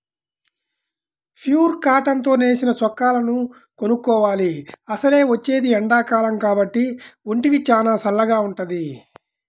pure cotton తో నేసిన చొక్కాలను కొనుక్కోవాలి, అసలే వచ్చేది ఎండాకాలం కాబట్టి ఒంటికి చానా చల్లగా వుంటది